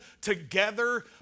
together